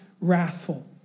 wrathful